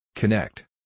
Connect